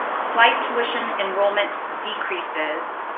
slight tuition enrollment decreases,